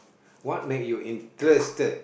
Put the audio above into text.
what make you interested